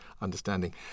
understanding